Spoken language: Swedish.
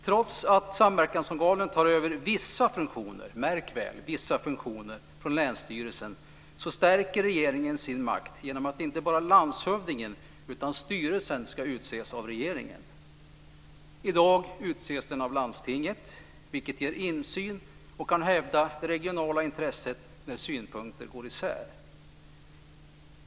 Trots att samverkansorganen tar över vissa funktioner - märk väl vissa funktioner - från länsstyrelsen, stärker regeringen sin makt genom att inte bara landshövdingen utan också styrelsen ska utses av regeringen. I dag utses den av landstinget, vilket ger insyn och kan hävda det regionala intresset när synpunkter går isär.